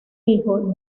hijo